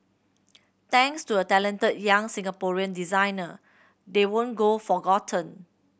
thanks to a talented young Singaporean designer they won't go forgotten